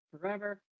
forever